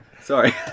Sorry